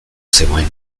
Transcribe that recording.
zegoen